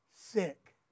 sick